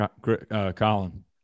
Colin